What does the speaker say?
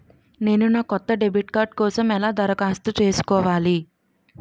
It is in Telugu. నేను నా కొత్త డెబిట్ కార్డ్ కోసం ఎలా దరఖాస్తు చేసుకోవాలి?